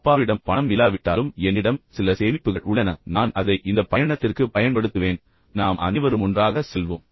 அப்பாவிடம் பணம் இல்லாவிட்டாலும் என்னிடம் சில சேமிப்புகள் உள்ளன நான் அதை இந்த பயணத்திற்கு பயன்படுத்துவேன் நாம் அனைவரும் ஒன்றாக செல்வோம்